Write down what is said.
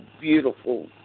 beautiful